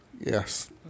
Yes